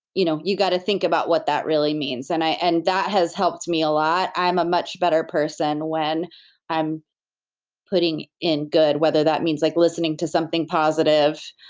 you know you got to think about what that really means. and and that has helped me a lot. i'm a much better person when i'm putting in good whether that means like listening to something positive,